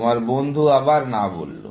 তোমার বন্ধু আবার না বললো